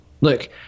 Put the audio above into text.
Look